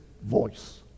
voice